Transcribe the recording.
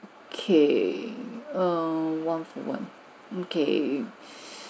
okay err one for one mm okay